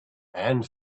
and